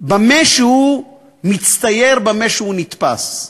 במה שהוא מצטייר, במה שהוא נתפס.